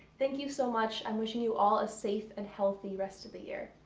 thank you so much i'm wishing you all a safe and healthy rest of the year.